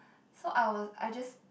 so I was I just